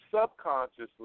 subconsciously